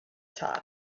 top